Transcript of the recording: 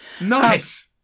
Nice